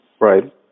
Right